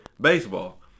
baseball